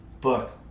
book